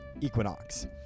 equinox